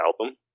album